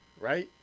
right